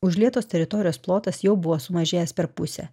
užlietos teritorijos plotas jau buvo sumažėjęs per pusę